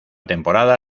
temporada